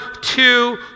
two